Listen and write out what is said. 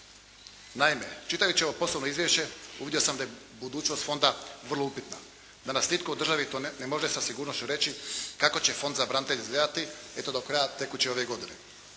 Naime, čitajući ovo poslovno izvješće uvidio sam da je budućnost fonda vrlo upitna. Danas nitko to u državi ne može sa sigurnošću reći kako će fonda za hrvatske branitelje izgledati eto do kraja tekuće ove godine.